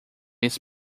east